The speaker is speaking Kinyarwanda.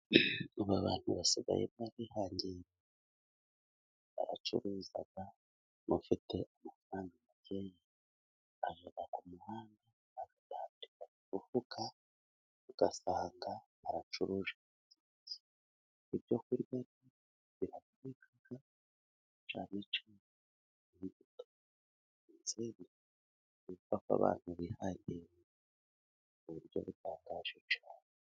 Ubu abantu basigaye barihangiye imirimo. Abacuruza bafite amafaranga make banyura ku muhanda akarambura ku mufuka, ugasanga aracuruje. Urumva ko abantu bihangiye imirimo mu buryo butangaje cyane.